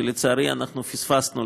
שלצערי אנחנו פספסנו,